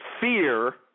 Fear